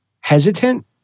hesitant